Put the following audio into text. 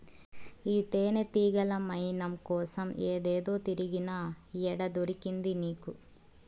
ఈ తేనెతీగల మైనం కోసం ఏడేడో తిరిగినా, ఏడ దొరికింది నీకు